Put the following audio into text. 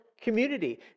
community